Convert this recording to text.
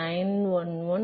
911 மற்றும் m 0